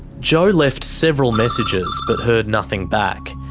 jo left several messages but heard nothing back.